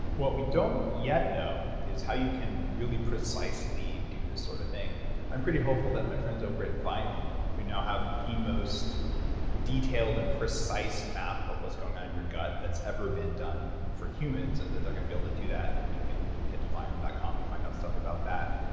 what we don't yet know is how you can really precisely do this sort of thing i'm pretty hopeful that my friends over at viome who now have the most detailed and precise map of what's going on in your gut that's ever been done for humans, that they're going to be able to do that and you can head to viome dot com to find out stuff about that.